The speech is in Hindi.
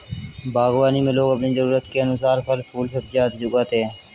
बागवानी में लोग अपनी जरूरत के अनुसार फल, फूल, सब्जियां आदि उगाते हैं